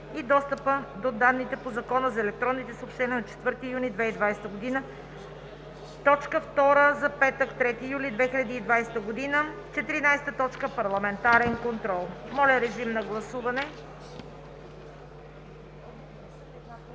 и достъпа до данните по Закона за електронните съобщения, 4 юни 2020 г. – точка втора за петък, 3 юли 2020 г. 14. Парламентарен контрол.“ Моля, режим на гласуване.